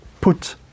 put